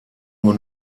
nur